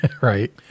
Right